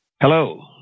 Hello